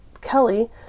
kelly